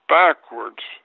backwards